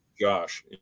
Josh